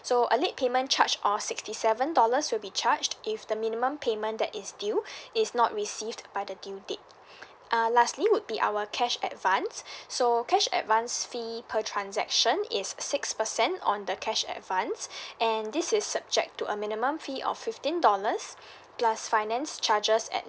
so a late payment charge of sixty seven dollars will be charged if the minimum payment that is due is not received by the due date uh lastly would be our cash advance so cash advance fee per transaction is six percent on the cash advance and this is subject to a minimum fee of fifteen dollars plus finance charges at